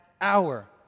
hour